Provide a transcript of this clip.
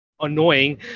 annoying